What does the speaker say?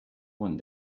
one